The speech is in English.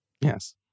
Yes